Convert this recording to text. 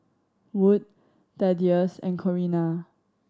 Wood Thaddeus and Corrina